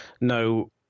no